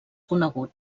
conegut